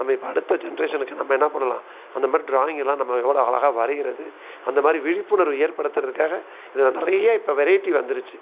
நம்ம இப்போ அடுத்த ஜென்ரேஷனுக்கு நம்ம என்ன பண்ணலாம் அந்த மாதிரி ட்ராயிங் எல்லாம் நம்ம எவ்வளோ அழகா வரைகிறது அந்த மாதிரி விழிப்புணர்வு ஏற்படுத்துகிறதுக்காக இதில் நிறைய இப்போ வெரைட்டி வந்துருச்சு